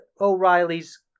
O'Reilly's